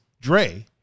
Dre